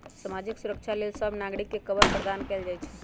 सामाजिक सुरक्षा लेल सभ नागरिक के कवर प्रदान कएल जाइ छइ